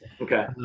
Okay